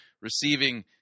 receiving